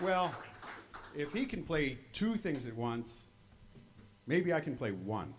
well if he can play two things at once maybe i can play one